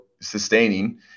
sustaining